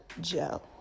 Joe